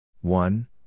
one